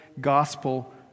gospel